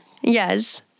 yes